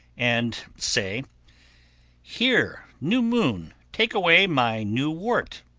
and say here, new moon! take away my new wart.